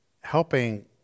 helping